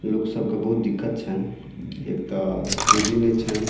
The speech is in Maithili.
लोकसबके बहुत दिक्कत छनि एक तऽ पूँजी नहि छनि